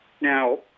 Now